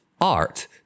art